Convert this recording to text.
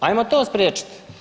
Hajmo to spriječiti.